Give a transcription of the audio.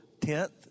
tenth